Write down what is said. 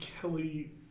Kelly